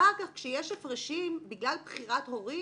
אחר כך, כשיש הפרשים בגלל בחירת הורים,